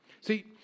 See